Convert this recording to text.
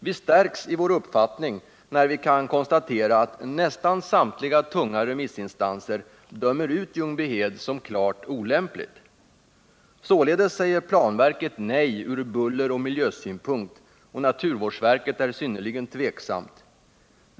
Vi stärks i vår uppfattning när vi kan konstatera att nästan samtliga tunga remissinstanser dömer ut Ljungbyhed som klart olämpligt. Således säger planverket nej från bulleroch miljösynpunkt, och naturvårdsverket är synnerligen tveksamt.